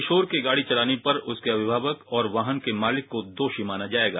किशोर के गाड़ी चलाने पर उसके अभिभावक और वाहन के मालिक को दोषी माना जाएगा